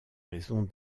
raison